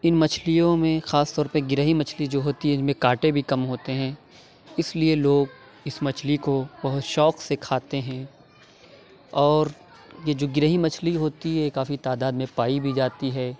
اِن مچھلیوں میں خاص طور پہ گرہی مچھلی جو ہوتی ہے اِن میں کانٹے بھی کم ہوتے ہیں اِس لیے لوگ اِس مچھلی کو بہت شوق سے کھاتے ہیں اور یہ جو گرہی مچھلی ہوتی ہے کافی تعداد میں پائی بھی جاتی ہے